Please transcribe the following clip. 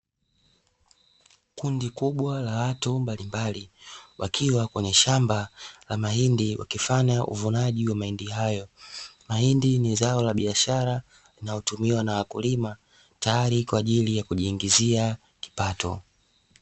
Kundi la watu mbalimbali wakiwa kwenye shamba la mahindi wakifanya uvunaji wa mahindi hayo. Mahindi ni zao la biashara linalotumiwa na wakulima tayari kwa ajili ya kujiingizia kipato.